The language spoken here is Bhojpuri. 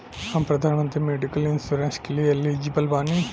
हम प्रधानमंत्री मेडिकल इंश्योरेंस के लिए एलिजिबल बानी?